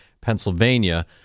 Pennsylvania